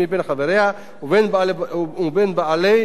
ובין בעלי ותק שווה,